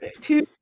two